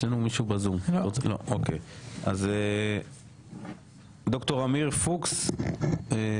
יש לנו ב-זום את ד"ר עמיר פוקס מהמכון הישראלי לדמוקרטיה.